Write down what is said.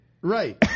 right